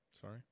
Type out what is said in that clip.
sorry